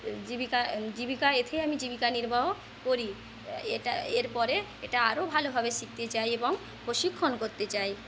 জীবিকা জীবিকা এতেই আমি জীবিকা নির্বাহ করি এটা এরপরে এটা আরো ভালোভাবে শিখতে চাই এবং প্রশিক্ষণ করতে চাই